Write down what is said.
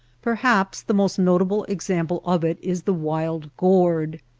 perhaps the most notable example of it is the wild gourd.